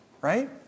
right